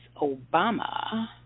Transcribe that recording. Obama